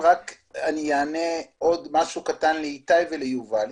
אני רק אענה משהו קטן לאיתי וליובל.